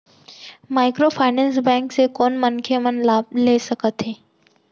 Microfinance bank से कोन मनखे मन लाभ ले सकथे?